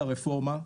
הרפורמה,